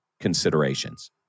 considerations